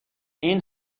این